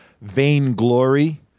Vainglory